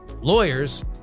Lawyers